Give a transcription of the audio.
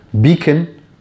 beacon